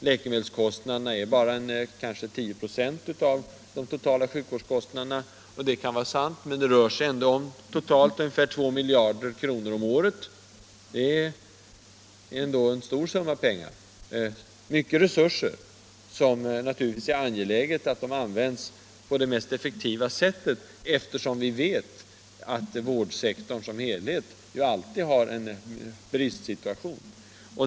Läkemedelskostnaderna är bara ca 10 26 av de totala sjukvårdskostnaderna. Det kan vara sant, men det rör sig ändå om totalt ungefär 2 miljarder kr. om året. Det är i alla fall en stor summa pengar och stora resurser. Det är naturligtvis angeläget att de används på det mest effektiva sättet, eftersom vi vet att vårdsektorn som helhet alltid har en bristsituation.